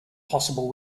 possible